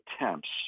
attempts